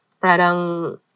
Parang